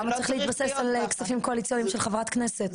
למה צריך להתבסס על כספים קואליציוניים של חברת כנסת?